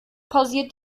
pausiert